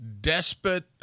despot